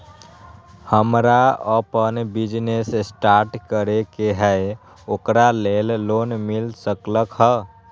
हमरा अपन business start करे के है ओकरा लेल लोन मिल सकलक ह?